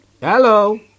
Hello